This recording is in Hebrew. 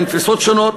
אין תפיסות שונות.